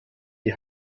die